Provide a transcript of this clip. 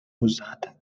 uzata